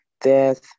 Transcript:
death